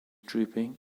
drooping